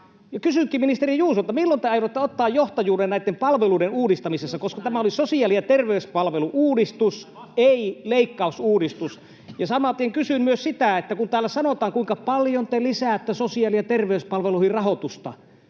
Kysynkin ministeri Juusolta: milloin te aiotte ottaa johtajuuden näitten palveluiden uudistamisessa, koska tämä oli sosiaali- ja terveyspalvelu-uudistus, ei leikkausuudistus? Samaten kysyn myös sitä, että kun täällä sanotaan, kuinka paljon te lisäätte sosiaali- ja terveyspalveluihin rahoitusta,